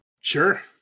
Sure